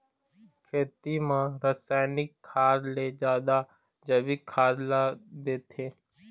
खेती म रसायनिक खाद ले जादा जैविक खाद ला देथे